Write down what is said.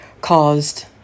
caused